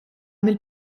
mill